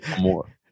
More